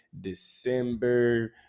December